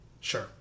Sure